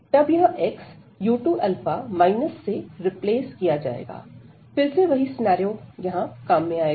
तब यह x u2 minus से रिप्लेस किया जाएगा फिर से वही सिनारिओ यहां काम में आएगा